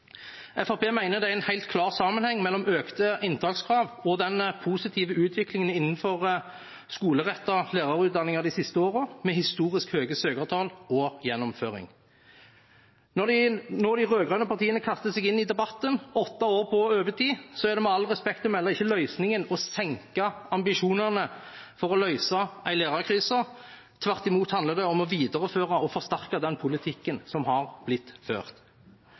mener det er en helt klar sammenheng mellom økte inntakskrav og den positive utviklingen innenfor skolerettede lærerutdanninger de siste årene, med historisk høye søkertall og gjennomføring. Når de rød-grønne partiene kaster seg inn i debatten åtte år på overtid, er, med all respekt å melde, ikke det å senke ambisjonene løsningen for å løse en lærerkrise. Tvert imot handler det om å videreføre og forsterke den politikken som har blitt ført.